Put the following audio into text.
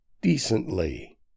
decently